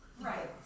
Right